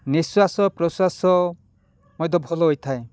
ନିଶ୍ଵାସ ପ୍ରଶ୍ଵାସ ମଧ୍ୟ ଭଲ ହୋଇଥାଏ